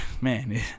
man